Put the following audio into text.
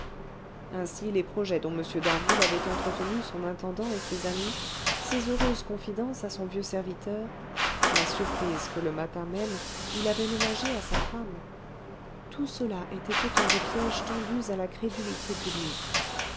ainsi les projets dont m d'harville avait entretenu son intendant et ses amis ces heureuses confidences à son vieux serviteur la surprise que le matin même il avait ménagée à sa femme tout cela était autant de pièges tendus à la crédulité publique